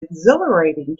exhilarating